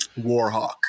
Warhawk